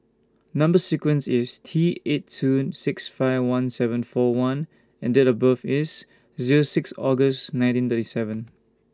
Number sequence IS T eight two six five one seven four one and Date of birth IS Zero six August nineteen thirty seven